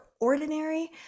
ordinary